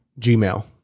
Gmail